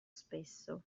spesso